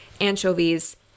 anchovies